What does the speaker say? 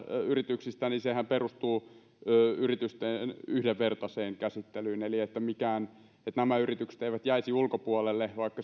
yrityksistä perustuu yritysten yhdenvertaiseen käsittelyyn eli että nämä yritykset eivät jäisi ulkopuolelle vaikka